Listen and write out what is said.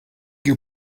your